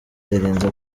yirinze